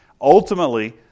Ultimately